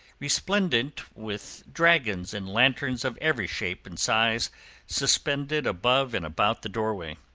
resplendent with dragons and lanterns of every shape and size suspended above and about the doorway.